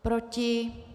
Proti?